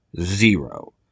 zero